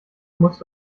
musst